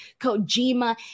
Kojima